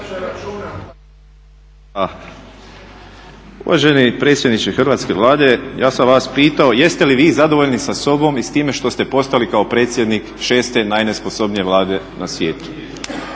Uvaženi predsjedniče Hrvatske vlade ja sam vas pitao jeste li vi zadovoljni sa sobom i s time što ste postali kao predsjednik šeste najnesposobnije Vlade na svijetu?